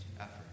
effort